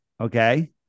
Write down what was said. okay